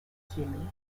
healy